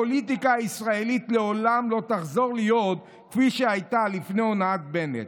הפוליטיקה הישראלית לעולם לא תחזור להיות כפי שהייתה לפני הונאת בנט.